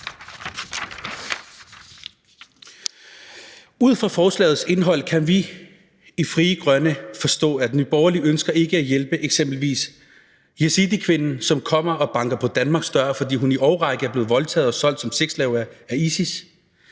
Ud fra forslagets indhold kan vi i Frie Grønne forstå, at Nye Borgerlige ikke ønsker at hjælpe eksempelvis yazidikvinden, som kommer og banker på Danmarks dør, fordi hun i en årrække er blevet voldtaget og solgt som sexslave af ISIS.